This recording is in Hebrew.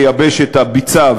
לייבש את הביצה,